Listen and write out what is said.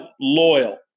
loyal